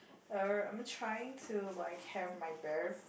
uh I'm trying to like have my bare